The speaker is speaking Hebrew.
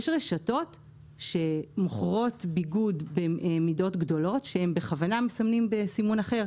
יש רשתות שמוכרות ביגוד במידות גדולות שהן בכוונה מסמנות בסימון אחר,